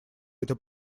это